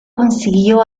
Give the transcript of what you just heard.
consiguió